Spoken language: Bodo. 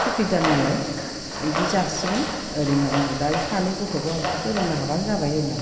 सुकिदार नालाय बिदि जासिगोन ओरै होनना बुंदों दा सानै गथ'खौ आं फोरोंनो हाबानो जाबाय होन्नानै